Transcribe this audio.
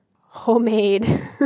homemade